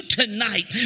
tonight